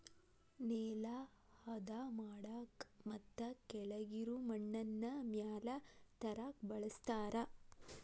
ನೆಲಾ ಹದಾ ಮಾಡಾಕ ಮತ್ತ ಕೆಳಗಿರು ಮಣ್ಣನ್ನ ಮ್ಯಾಲ ತರಾಕ ಬಳಸ್ತಾರ